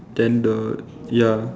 then the ya